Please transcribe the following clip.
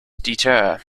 deter